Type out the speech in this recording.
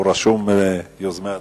הוא רשום, מיוזמי הדיון.